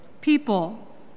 people